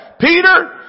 Peter